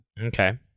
Okay